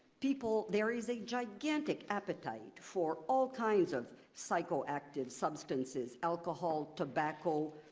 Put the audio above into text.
people there is a gigantic appetite for all kinds of psychoactive substances, alcohol, tobacco,